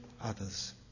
others